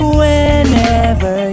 whenever